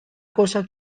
cosa